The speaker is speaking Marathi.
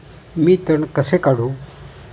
मी तण कसे काढू?